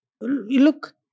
Look